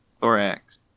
thorax